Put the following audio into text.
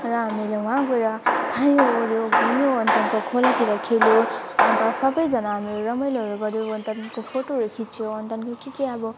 र हामीहरूले वहाँ गएर खायौँओर्यौँ घुम्यौँ अन्त त्यहाँ खोलातिर खेल्यौँ अन्त सबैजना हामीहरू रमाइलोहरू गर्यौँ अनि त्यहाँदेखिको फोटोहरू खिच्यौँ अनि त्यहाँदेखिको के के अब